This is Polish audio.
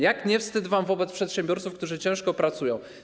Jak nie wstyd wam wobec przedsiębiorców, którzy ciężko pracują?